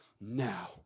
now